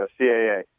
CAA